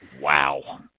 Wow